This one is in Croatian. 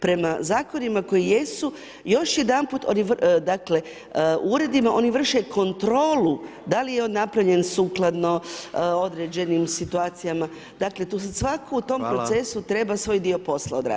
Prema zakonima koji jesu, još jedanput, dakle u uredima, oni vrše kontrolu, da li je on napravljen sukladno određenim situacijama, dakle, tu se sada svaku u tom procesu treba svoj dio posla odraditi.